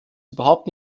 überhaupt